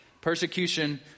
Persecution